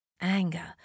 Anger